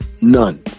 none